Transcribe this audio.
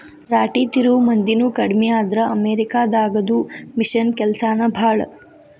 ರಾಟಿ ತಿರುವು ಮಂದಿನು ಕಡಮಿ ಆದ್ರ ಅಮೇರಿಕಾ ದಾಗದು ಮಿಷನ್ ಕೆಲಸಾನ ಭಾಳ